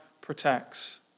protects